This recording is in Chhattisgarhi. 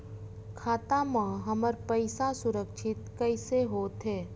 खाता मा हमर पईसा सुरक्षित कइसे हो थे?